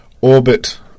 Orbit